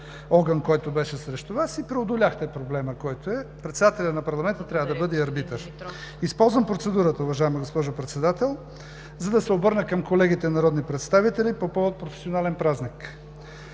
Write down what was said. огън, който беше срещу Вас, и преодоляхте проблема. Председателят на парламента трябва да бъде и арбитър. Използвам процедурата, уважаема госпожо Председател, за да се обърна към колегите народни представители по повод професионален празник.